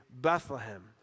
Bethlehem